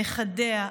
נכדיה,